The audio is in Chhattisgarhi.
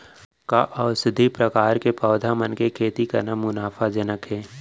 का औषधीय प्रकार के पौधा मन के खेती करना मुनाफाजनक हे?